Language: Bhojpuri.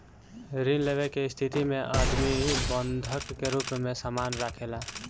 ऋण लेवे के स्थिति में आदमी बंधक के रूप में सामान राखेला